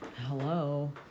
Hello